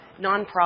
nonprofit